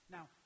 Now